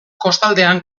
kostaldean